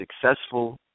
successful